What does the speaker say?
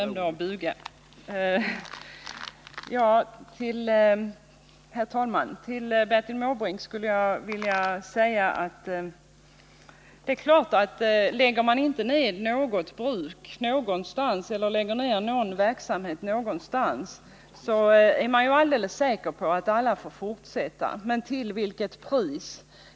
Herr talman! Jag skulle vilja säga till Bertil Måbrink, att om man inte lägger ned något bruk eller någon verksamhet någonstans är man ju helt säker på att alla bruk får fortsätta — men till vilket pri ?